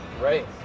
Right